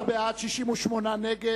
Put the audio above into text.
12 בעד, 68 נגד,